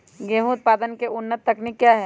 गेंहू उत्पादन की उन्नत तकनीक क्या है?